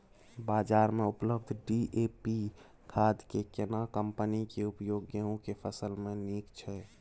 बाजार में उपलब्ध डी.ए.पी खाद के केना कम्पनी के उपयोग गेहूं के फसल में नीक छैय?